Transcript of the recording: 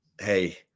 hey